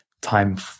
time